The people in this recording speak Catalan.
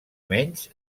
menys